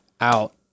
out